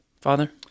father